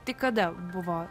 tai kada buvo